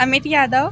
Amit Yadav